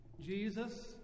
Jesus